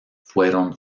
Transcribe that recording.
fueron